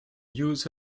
use